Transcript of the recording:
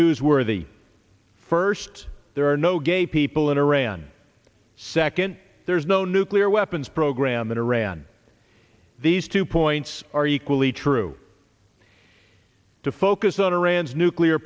newsworthy first there are no gay people in iran second there is no nuclear weapons program in iran these two points are equally true to focus on iran's nuclear